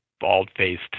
bald-faced